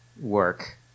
work